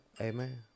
Amen